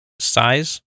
size